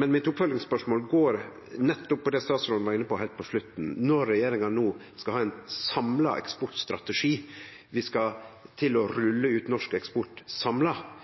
Oppfølgingsspørsmålet mitt går på det statsråden var inne på heilt på slutten: Når regjeringa no skal ha ein samla eksportstrategi, vi skal rulle ut norsk eksport samla,